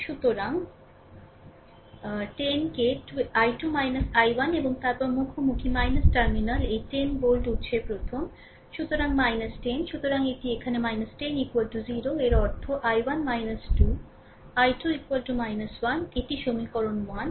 সুতরাং 10 কে I2 I1 এবং তারপরে মুখোমুখি টার্মিনাল এই 10 ভোল্ট উৎসের প্রথম সুতরাং 10 সুতরাং এটি এখানে 10 0 এর অর্থ I1 2 I2 1 এটি সমীকরণ 1